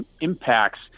impacts